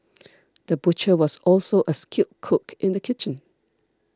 the butcher was also a skilled cook in the kitchen